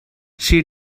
she